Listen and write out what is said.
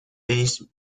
denis